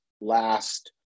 last